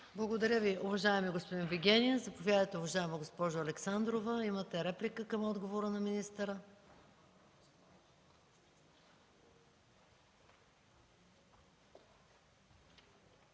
Благодаря Ви, уважаеми господин Вигенин. Заповядайте, уважаема госпожо Александрова, имате реплика към отговора на министъра.